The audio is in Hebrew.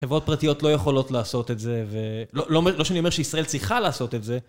חברות פרטיות לא יכולות לעשות את זה, ולא שאני אומר שישראל צריכה לעשות את זה